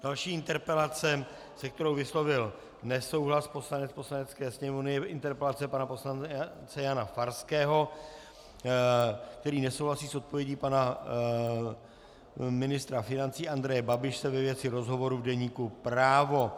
Další interpelace, se kterou vyslovil nesouhlas poslanec Poslanecké sněmovny, je interpelace pana poslance Jana Farského, který nesouhlasí s odpovědí pana ministra financí Andreje Babiše ve věci rozhovoru v deníku Právo.